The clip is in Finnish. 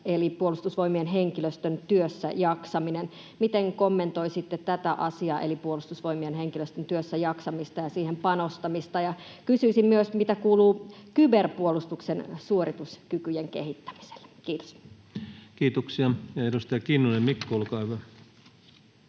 eli puolustusvoimien henkilöstön työssäjaksamisesta. Miten kommentoisitte tätä asiaa eli puolustusvoimien henkilöstön työssäjaksamista ja siihen panostamista? Ja kysyisin myös, mitä kuuluu kyberpuolustuksen suorituskykyjen kehittämiselle. — Kiitos. Kiitoksia. — Ja edustaja Kinnunen, Mikko, olkaa hyvä.